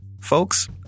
Folks